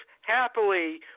happily